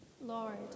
lord